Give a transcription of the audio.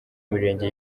mirenge